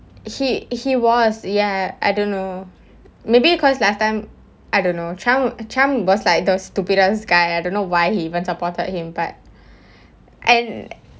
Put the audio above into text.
he he was ya I don't know maybe because last time I don't know trump trump was like the stupidest guy I don't know why he even supported him but and